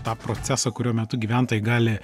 tą procesą kurio metu gyventojai gali